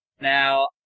now